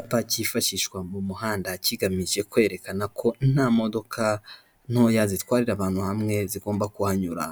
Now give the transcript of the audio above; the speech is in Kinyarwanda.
Icyapa cyifashishwa mu muhanda kigamije kwerekana ko nta modoka ntoya zitwararira abantu hamwe zigomba kuhanyura,